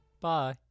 Bye